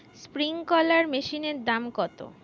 Sprinkler মেশিনের দাম কত?